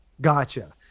Gotcha